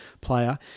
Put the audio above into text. player